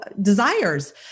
desires